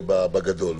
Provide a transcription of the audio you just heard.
בגדול.